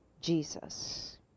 jesus